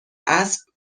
اسب